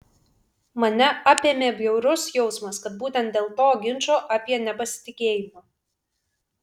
mane apėmė bjaurus jausmas kad būtent dėl to ginčo apie nepasitikėjimą